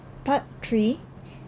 part three